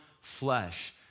flesh